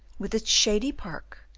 with its shady park,